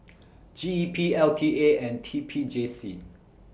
G E P L T A and T P J C